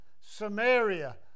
Samaria